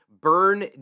Burn